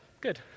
good